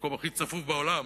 במקום הכי צפוף בעולם,